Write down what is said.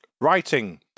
writing